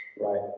right